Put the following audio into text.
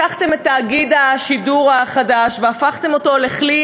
לקחתם את תאגיד השידור החדש והפכתם אותו לכלי